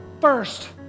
first